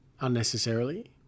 unnecessarily